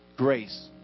Grace